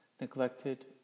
neglected